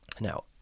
Now